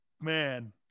Man